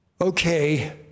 Okay